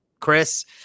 Chris